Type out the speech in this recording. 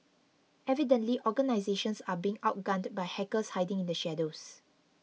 evidently organisations are being outgunned by hackers hiding in the shadows